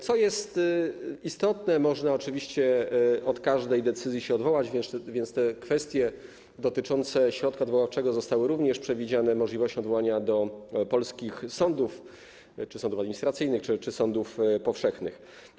Co jest istotne, można oczywiście od każdej decyzji się odwołać, więc kwestie dotyczące środka odwoławczego zostały również przewidziane - możliwość odwołania do polskich sądów, czy sądów administracyjnych, czy sądów powszechnych.